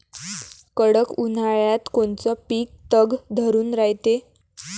कडक उन्हाळ्यात कोनचं पिकं तग धरून रायते?